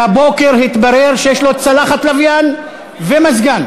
והבוקר התברר שיש לו צלחת לוויין ומזגן.